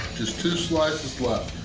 just two slices left.